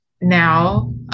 now